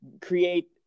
create